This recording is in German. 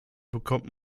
bekommt